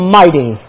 mighty